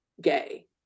gay